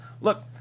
Look